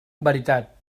veritat